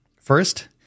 First